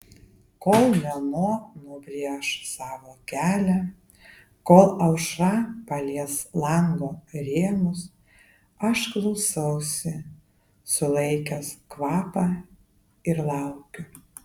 kol mėnuo nubrėš savo kelią kol aušra palies lango rėmus aš klausausi sulaikęs kvapą ir laukiu